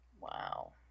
Wow